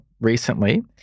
recently